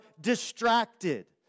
distracted